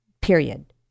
period